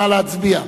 נא להצביע.